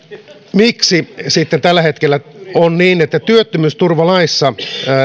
miksi tällä hetkellä on niin että työttömyysturvalaissa